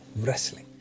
wrestling